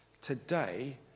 today